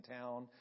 town